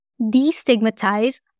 destigmatize